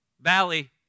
Valley